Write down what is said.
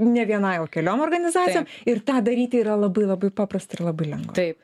ne vienai o keliom organizacijom ir tą daryt yra labai labai paprastai ir labai lengva